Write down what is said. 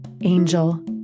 angel